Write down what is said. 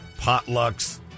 potlucks